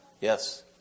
Yes